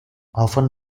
often